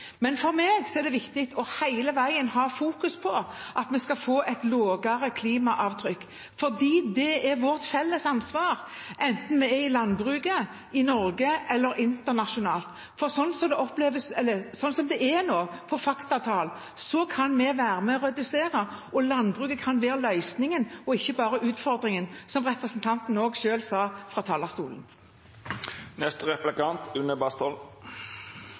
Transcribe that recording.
Men for meg er det viktig hele veien å ha fokus på at vi skal få et lavere klimaavtrykk, for det er vårt felles ansvar enten vi er i landbruket i Norge eller internasjonalt. Slik faktatallene er nå, kan vi være med og redusere, og landbruket kan være løsningen og ikke bare utfordringen, som representanten selv sa fra talerstolen.